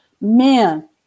man